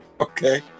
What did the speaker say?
Okay